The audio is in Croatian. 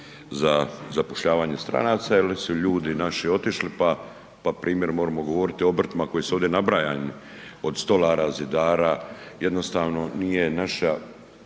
za zapošljavanje stranaca jel su ljudi naši otišli pa primjer moremo govoriti o obrtima koji su ovdje nabrajani od stolara, zidara jednostavno nije naša